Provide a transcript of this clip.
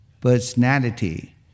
personality